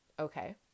Okay